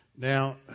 Now